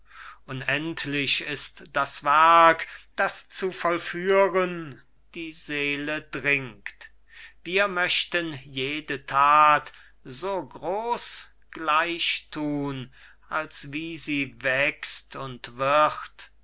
unendlich ist das werk das zu vollführen die seele dringt wir möchten jede that so groß gleich thun als wie sie wächs't und wird